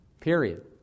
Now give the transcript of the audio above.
Period